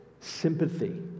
sympathy